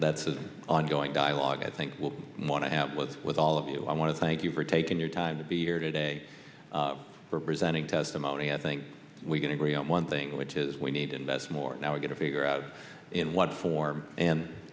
that's an ongoing dialogue i think we'll want to have with with all of you i want to thank you for taking your time to be here today for presenting testimony i think we can agree on one thing which is we need to invest more now we're going to figure out in what form and